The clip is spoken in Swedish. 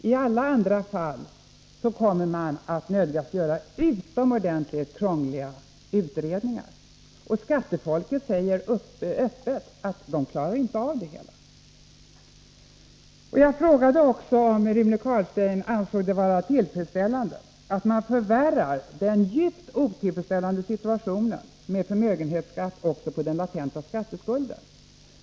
I alla andra fall nödgas man göra utomordentligt krångliga utredningar. Och skattefolket säger öppet att de inte klarar av det. Jag frågade också om Rune Carlstein ansåg det vara tillfredsställande att man förvärrar den djupt otillfredsställande situationen med förmögenhetsskatt också på den latenta skatteskulden.